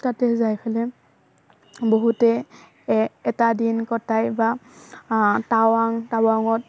তাতে যাই ফেলে বহুতে এটা দিন কটাই বা টাৱাং টাৱাঙত